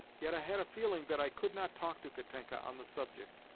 yet, i had a feeling that i could not talk to katenka on the subject,